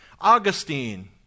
Augustine